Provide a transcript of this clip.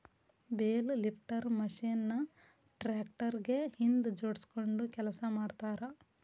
bale lifter machine ನ tractor ಗೆ ಹಿಂದ್ ಜೋಡ್ಸ್ಕೊಂಡು ಕೆಲಸ ಮಾಡ್ತಾರ